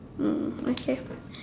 mm okay